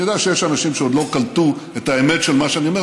אני יודע שיש אנשים שעוד לא קלטו את האמת של מה שאני אומר,